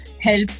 help